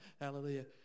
Hallelujah